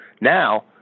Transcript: Now